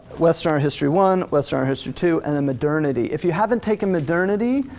western history one, western history two, and then modernity. if you haven't taken modernity,